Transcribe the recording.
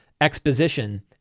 exposition